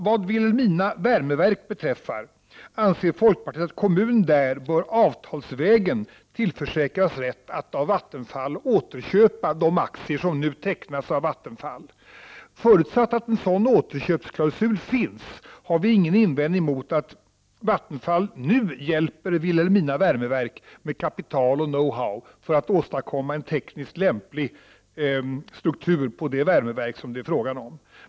Vad Vilhelmina Värmeverk AB beträffar anser folkpartiet att kommunen där bör avtalsvägen tillförsäkras rätt att av Vattenfall återköpa de aktier som nu tecknas av Vattenfall. Förutsatt att en sådan återköpsklausul finns, har vi inga invändningar mot att Vattenfall nu hjälper Vilhelmina Värmeverk AB med kapital och know-how för att åstadkomma en tekniskt lämplig struktur på det värmeverk som det är fråga om.